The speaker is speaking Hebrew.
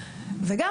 וגם,